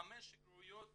חמש שגרירויות